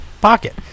pocket